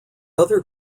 other